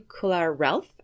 Kular-Ralph